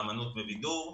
אומנות ובידור.